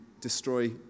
destroy